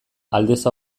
aldez